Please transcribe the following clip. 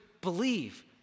believe